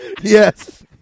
Yes